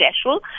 special